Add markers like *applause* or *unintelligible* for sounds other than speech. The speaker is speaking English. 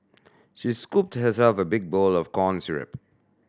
she scooped herself a big bowl of corn *unintelligible*